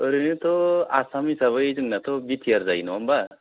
ओरैनोथ' आसाम हिसाबै जोंनाथ' बि टि आर जायो नङा होनबा